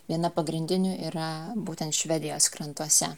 viena pagrindinių yra būtent švedijos krantuose